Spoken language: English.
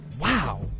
wow